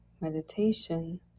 meditation